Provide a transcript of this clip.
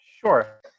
Sure